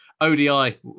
odi